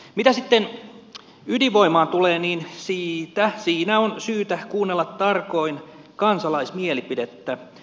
mitä sitten ydinvoimaan tulee niin siinä on syytä kuunnella tarkoin kansalaismielipidettä